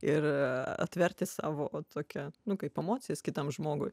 ir atverti savo tokią nu kaip emocijas kitam žmogui